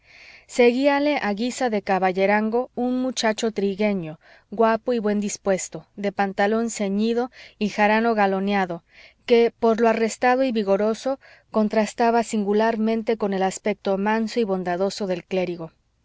seguíale a guisa de caballerango un muchacho trigueño guapo y bien dispuesto de pantalón ceñido y jarano galoneado que por lo arrestado y vigoroso contrastaba singularmente con el aspecto manso y bondadoso del clérigo